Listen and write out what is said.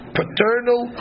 paternal